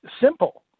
simple